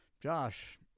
Josh